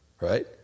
right